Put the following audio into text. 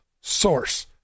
source